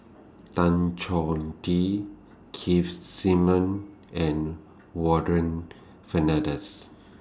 Tan Choh Tee Keith Simmons and Warren Fernandez